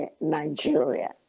Nigeria